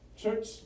Church